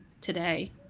today